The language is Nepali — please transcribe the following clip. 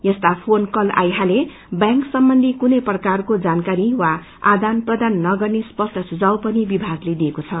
यसता फोन कत आइराले वैंक सम्बन्धी कुनै प्रकारको जानकारी वा आदान प्रदान नगर्ने स्पष्ट सुझाव पनि विमागले दिएको छ